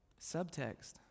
Subtext